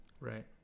Right